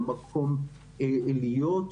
למקום להיות בו.